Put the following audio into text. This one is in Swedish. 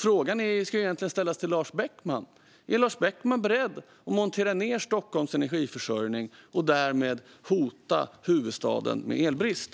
Frågan ska egentligen ställas till Lars Beckman: Är Lars Beckman beredd att montera ned Stockholms energiförsörjning och därmed hota huvudstaden med elbrist?